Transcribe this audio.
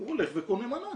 הוא הולך וקונה מנה.